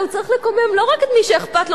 והוא צריך לקומם לא רק את מי שאכפת לו